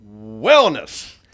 wellness